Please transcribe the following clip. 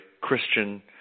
Christian